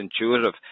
intuitive